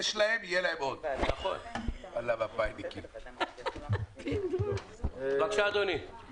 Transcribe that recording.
"המועד הקובע" ט"ז' בטבת התשפ"א (31 בדצמבר 2020);